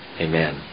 Amen